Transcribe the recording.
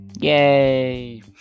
Yay